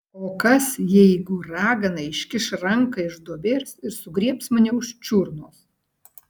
o kas jeigu ragana iškiš ranką iš duobės ir sugriebs mane už čiurnos